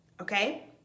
okay